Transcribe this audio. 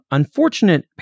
unfortunate